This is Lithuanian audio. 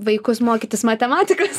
vaikus mokytis matematikos